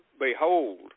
behold